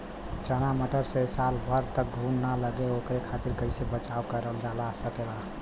चना मटर मे साल भर तक घून ना लगे ओकरे खातीर कइसे बचाव करल जा सकेला?